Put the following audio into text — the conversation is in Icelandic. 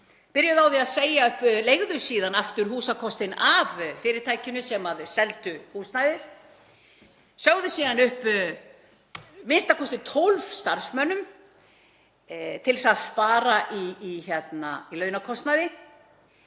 byrjuðu á því að segja upp, leigðu síðan aftur húsakostinn af fyrirtækinu sem þau seldu húsnæðið, sögðu síðan upp a.m.k. 12 starfsmönnum til þess að spara í launakostnaði